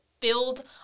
build